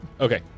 Okay